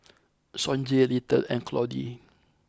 Sonji Little and Claude